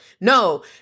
No